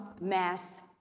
mass